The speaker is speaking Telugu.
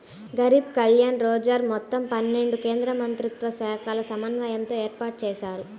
గరీబ్ కళ్యాణ్ రోజ్గర్ మొత్తం పన్నెండు కేంద్రమంత్రిత్వశాఖల సమన్వయంతో ఏర్పాటుజేశారు